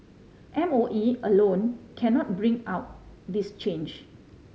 M O E alone cannot bring out this change